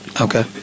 Okay